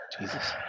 jesus